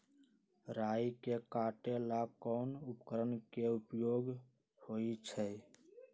राई के काटे ला कोंन उपकरण के उपयोग होइ छई?